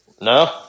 No